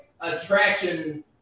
attraction